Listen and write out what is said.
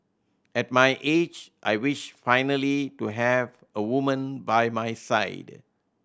at my age I wish finally to have a woman by my side